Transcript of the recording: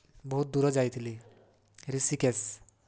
ବହୁତ ଦୁର ଯାଇଥିଲି ଋଷିକେଶ